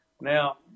Now